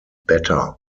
better